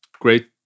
great